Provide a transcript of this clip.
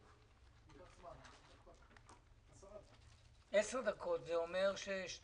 בשעה 12:38.